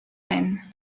reines